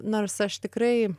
nors aš tikrai